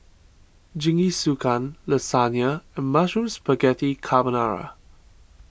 Jingisukan Lasagna and Mushroom Spaghetti Carbonara